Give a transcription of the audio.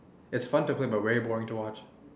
is fun to play but very boring to watch